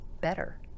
better